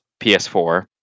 ps4